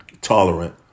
tolerant